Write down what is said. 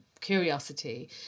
curiosity